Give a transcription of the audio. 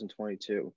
2022